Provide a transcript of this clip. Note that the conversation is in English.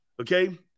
Okay